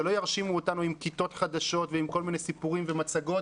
שלא ירשימו אותנו עם כיתות חדשות וכל מיני סיפורים ומצגות.